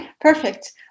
perfect